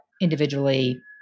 individually